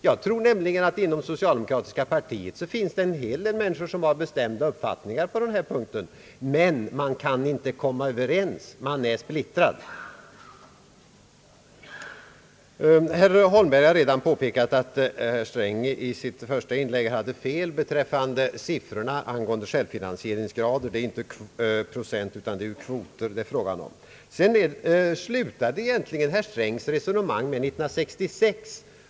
Jag tror nämligen att det inom socialdemokratiska partiet finns en hel del människor som har bestämda uppfattningar på den här punkten, men man kan inte komma överens, man är splittrad. Herr Holmberg har redan påpekat att herr Sträng i sitt första inlägg hade fel beträffande siffrorna angående självfinansieringsgraden. Det är inte procent utan kvoter det är fråga om. Herr Strängs resonemang slutade egentligen med år 1966.